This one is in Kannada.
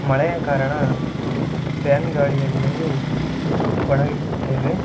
ಮಳೆಯ ಕಾರಣ ಫ್ಯಾನ್ ಗಾಳಿಯಲ್ಲಿಯೂ ಒಣಗಿಸುತ್ತೇವೆ